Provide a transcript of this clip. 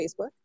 Facebook